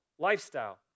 Lifestyle